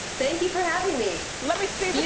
thank you for having me. let me see. like